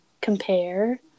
compare